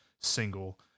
single